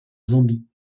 zambie